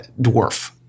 Dwarf